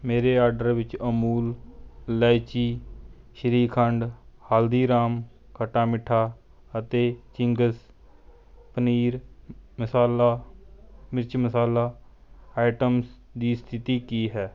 ਮੇਰੇ ਆਡਰ ਵਿੱਚ ਅਮੂਲ ਇਲਾਇਚੀ ਸ਼੍ਰੀਖੰਡ ਹਲਦੀਰਾਮ ਖੱਟਾ ਮਿੱਠਾ ਅਤੇ ਚਿੰਗਜ਼ ਪਨੀਰ ਮਸਾਲਾ ਮਿਰਚ ਮਸਾਲਾ ਆਈਟਮਸ ਦੀ ਸਥਿਤੀ ਕੀ ਹੈ